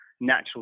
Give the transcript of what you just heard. natural